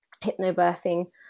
hypnobirthing